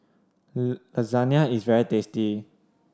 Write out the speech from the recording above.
lasagne is very tasty